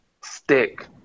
stick